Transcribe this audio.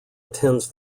attends